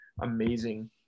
amazing